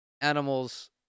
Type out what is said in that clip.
animals